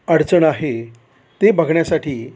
अडचण आहे ते बघण्यासाठी